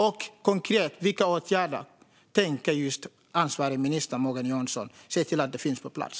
Vilka konkreta åtgärder tänker ansvarig minister Morgan Johansson få på plats?